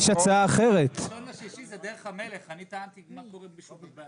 1.6. זה דרך המלך, אני טענתי מה קורה --- לא